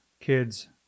kids